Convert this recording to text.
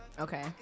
Okay